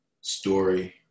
story